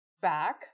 back